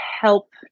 help